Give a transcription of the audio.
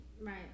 Right